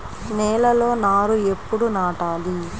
నేలలో నారు ఎప్పుడు నాటాలి?